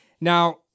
Now